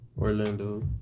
Orlando